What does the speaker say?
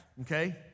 okay